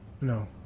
no